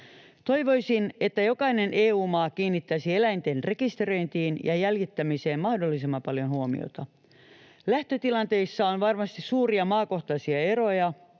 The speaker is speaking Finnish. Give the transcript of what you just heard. Toivoisin, että jokainen EU-maa kiinnittäisi eläinten rekisteröintiin ja jäljittämiseen mahdollisimman paljon huomiota. Lähtötilanteissa on varmasti suuria maakohtaisia eroja,